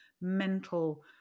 mental